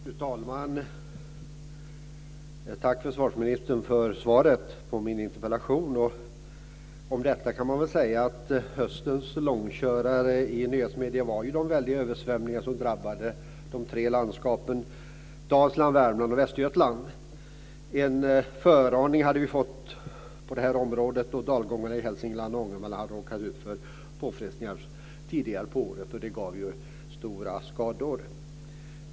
Fru talman! Tack, försvarsministern, för svaret på min interpellation. Höstens långkörare i nyhetsmedierna var ju de väldiga översvämningarna som drabbade de tre landskapen Dalsland, Värmland och Västergötland. En föraning hade vi fått på detta område då dalgångarna i Hälsingland och Ångermanland tidigare under året hade råkat ut för påfrestningar som gav stora skador.